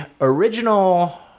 original